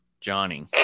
Johnny